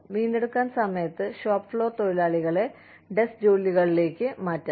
വീണ്ടെടുക്കൽ സമയത്ത് shop floor തൊഴിലാളികളെ ഡെസ്ക് ജോലികളിലേക്ക് മാറ്റാം